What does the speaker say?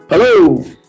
Hello